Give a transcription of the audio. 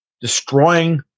destroying